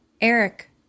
Eric